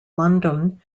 london